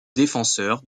défenseurs